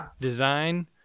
design